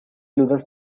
ludas